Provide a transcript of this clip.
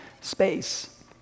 space